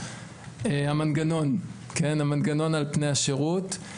המנגנון על פני השירות.